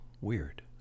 weird